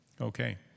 Okay